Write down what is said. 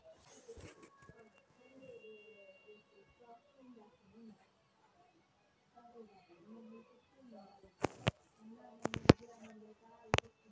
ತರಕಾರಿ ಗಿಡದ ಎಲೆಗಳು ಸುರುಳಿ ಆಗ್ತದಲ್ಲ, ಇದೆಂತ ರೋಗ?